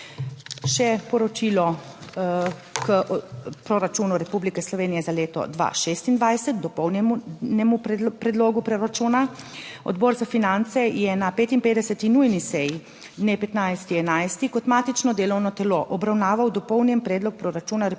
Še poročilo k proračunu Republike Slovenije za leto 2026, dopolnjenemu predlogu proračuna. Odbor za finance je na 55. nujni seji dne 15. 11. kot matično delovno telo obravnaval dopolnjen Predlog proračuna Republike Slovenije